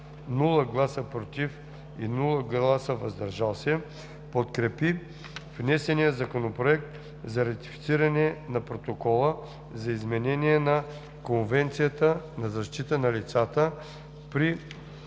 без „против“ и „въздържал се“ подкрепи внесения Законопроект за ратифициране на Протокола за изменение на Конвенцията за защита на лицата при